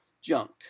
junk